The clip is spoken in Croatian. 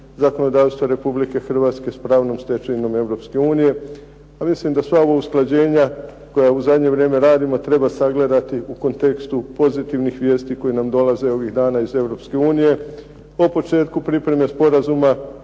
zakonodavstva RH s pravnom stečevinom EU, a mislim da sva ova usklađenja koja u zadnje vrijeme radimo treba sagledati u kontekstu pozitivnih vijesti koje nam dolaze ovih dana iz EU. O početku pripreme sporazuma,